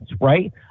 right